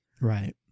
Right